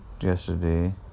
yesterday